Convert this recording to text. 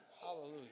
Hallelujah